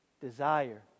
desire